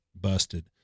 busted